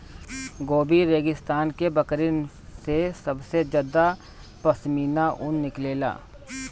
Gobi रेगिस्तान के बकरिन से सबसे ज्यादा पश्मीना ऊन निकलेला